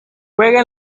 juega